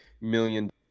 million